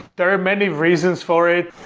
there are many reasons for it,